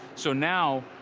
so now,